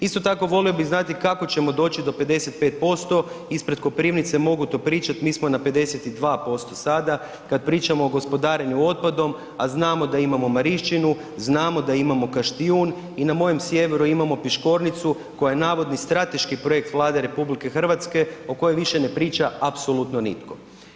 Isto tako volio bih znati kako ćemo doći do 55%, ispred Koprivnice mogu to pričati, mi smo na 52% sada, kada pričamo o gospodarenju otpadom, a znamo da imamo Marišćinu, znamo da imamo Kaštijun i na mojem sjeveru imamo Piškornicu koja je navodni strateški projekt Vlade RH o kojoj više ne priča apsolutno nitko.